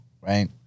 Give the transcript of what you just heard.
right